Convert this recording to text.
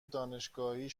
دانشگاهی